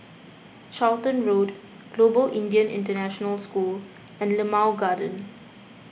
Charlton Road Global Indian International School and Limau Garden